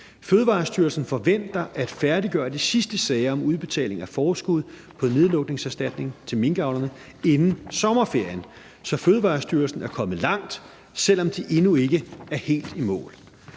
Fødevarestyrelsen forventer at færdiggøre de sidste sager om udbetaling af forskud på nedlukningserstatning til minkavlerne inden sommerferien. Så Fødevarestyrelsen er kommet langt, selv om de endnu ikke er helt i mål.